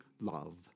love